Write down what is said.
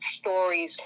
stories